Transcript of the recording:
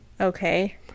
okay